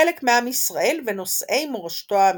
חלק מעם ישראל ונושאי מורשתו האמיתית.